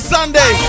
Sunday